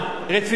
רצינית,